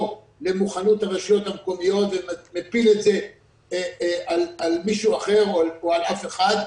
למוכנות הרשויות המקומיות ומפיל את זה על מישהו אחר או על אף אחד,